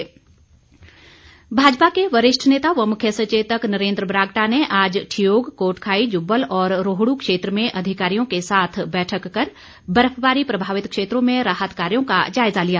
बरागटा भाजपा के वरिष्ठ नेता व मुख्य सचेतक नरेन्द्र बरागटा ने आज ठियोग कोटखाई जुब्बल और रोहडू क्षेत्र में अधिकारियों के साथ बैठक कर बर्फबारी प्रभावित क्षेत्रों में राहत कार्यों का जायज़ा लिया